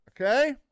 Okay